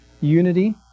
unity